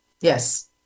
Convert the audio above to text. Yes